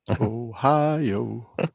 Ohio